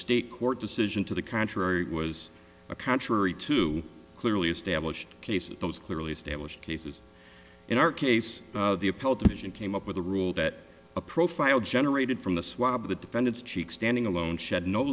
state court decision to the contrary was contrary to clearly established cases those clearly established cases in our case the appellate division came up with a rule that a profile generated from the swab of the defendant's cheek standing alone shed no